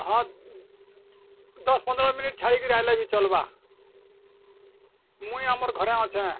ହଁ ଦଶ୍ ପନ୍ଦର୍ ମିନିଟ୍ ଛାଡ଼ିକିରି ଆଇଲେ ବି ଚଲ୍ବା ମୁଇଁ ଆମର୍ ଘରେ ଅଛେଁ